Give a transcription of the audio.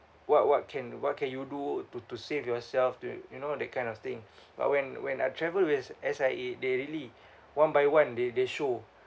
what what can what can you do to to save yourself to you know that kind of thing but when when I travelled with S_I_A they really one by one they they show